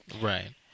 Right